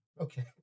Okay